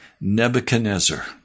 Nebuchadnezzar